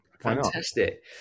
Fantastic